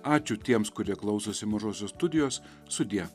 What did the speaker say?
ačiū tiems kurie klausosi mažosios studijos sudie